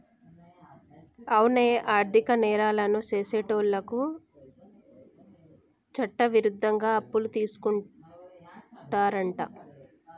అవునే ఆర్థిక నేరాలను సెసేటోళ్ళను చట్టవిరుద్ధంగా అప్పులు తీసుకుంటారంట